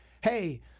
hey